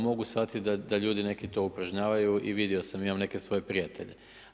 Mogu shvatiti da ljudi neki to upražnjavaju i vidio sam, imam neke svoje prijatelje.